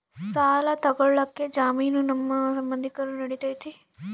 ಸಾಲ ತೊಗೋಳಕ್ಕೆ ಜಾಮೇನು ನಮ್ಮ ಸಂಬಂಧಿಕರು ನಡಿತೈತಿ?